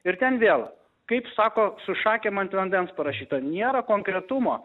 ir ten vėl kaip sako su šakėm ant vandens parašyta niera konkretumo